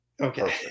Okay